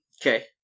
Okay